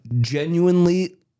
genuinely